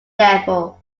devil